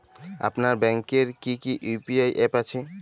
আপনার ব্যাংকের কি কি ইউ.পি.আই অ্যাপ আছে?